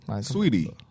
Sweetie